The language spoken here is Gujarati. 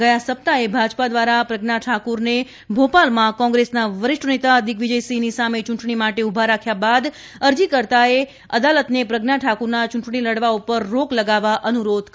ગયા સપ્તાહે ભાજપા દ્વારા પ્રજ્ઞા ઠાંકરને ભોપાલમાં કોંગ્રેસના વરિષ્ઠ નેતા દિગ્વિજયસિંહની સામે ચૂંટણી માટે ઊભા રાખ્યા બાદ અરજીકર્તાએ અદાલતને પ્રજ્ઞા ઠાંકુરના ચૂંટણી લડવા પર રોક લગાવવા અનુરોધ કર્યો હતો